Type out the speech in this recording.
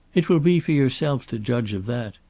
it will be for yourself to judge of that.